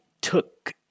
took